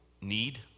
need